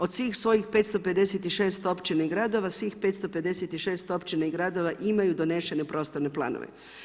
Od svih svojih 556 općina i gradova svih 556 općina i gradova imaju donesene prostorne planove.